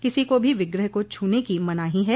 किसी को भी विग्रह को छूने की मनाही है